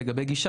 לגבי גישה,